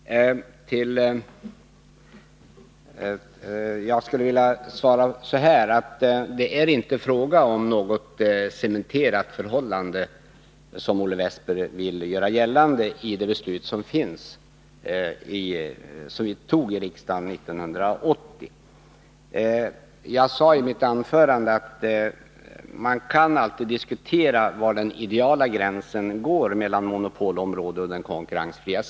Herr talman! Jag skulle vilja svara så här: Det är inte fråga om att cementera ordningen, som Olle Wästberg vill göra gällande, genom det beslut som vi tog i riksdagen 1980. Jag sade i mitt anförande att man alltid kan diskutera var den ideala gränsen går mellan ett monopolområde och den sektor där konkurrens tillåts.